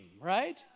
right